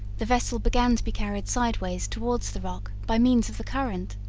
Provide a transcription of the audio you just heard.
the vessel began to be carried sideways towards the rock, by means of the current.